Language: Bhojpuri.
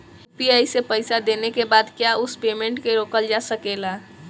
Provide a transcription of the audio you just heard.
यू.पी.आई से पईसा देने के बाद क्या उस पेमेंट को रोकल जा सकेला?